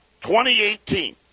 2018